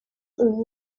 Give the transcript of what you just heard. ubu